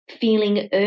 feeling